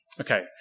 Okay